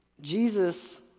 Jesus